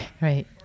Right